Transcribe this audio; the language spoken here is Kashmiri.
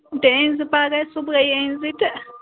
تہِ أنۍزیو پگاہ صُبحٲیی أنۍزِ تہِ